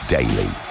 Daily